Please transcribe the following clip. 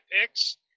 picks